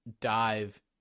dive